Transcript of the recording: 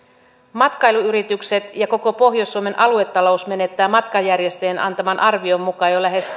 matkailuyritykset ja koko pohjois suomen aluetalous menettävät matkanjärjestäjien antaman arvion mukaan jo lähes